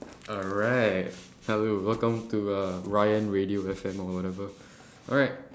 alright hello welcome to(uh) ryan radio F_M or whatever alright